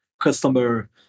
customer